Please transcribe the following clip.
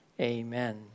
amen